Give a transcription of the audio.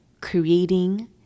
creating